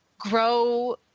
grow